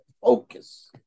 focus